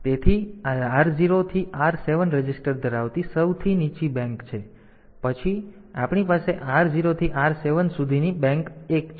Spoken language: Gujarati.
તેથી આ R0 થી R7 રજિસ્ટર ધરાવતી સૌથી નીચી બેંક છે પછી આપણી પાસે R0 થી R7 સુધીની બેંક એક છે